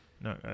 No